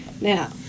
Now